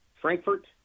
Frankfurt